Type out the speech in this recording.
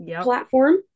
platform